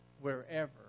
wherever